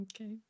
Okay